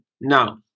now